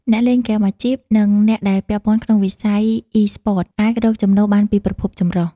អ្នកលេងហ្គេមអាជីព និងអ្នកដែលពាក់ព័ន្ធក្នុងវិស័យអ៊ីស្ព័ត អាចរកចំណូលបានពីប្រភពចម្រុះ។